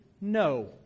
no